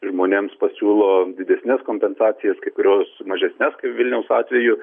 žmonėms pasiūlo didesnes kompensacijas kai kurios mažesnes kaip vilniaus atveju